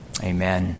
amen